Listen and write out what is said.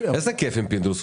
איזה כיף עם פינדרוס.